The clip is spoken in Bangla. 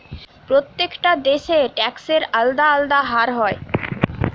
প্রত্যেকটা দেশে ট্যাক্সের আলদা আলদা হার হয়